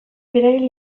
beraien